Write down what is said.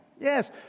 Yes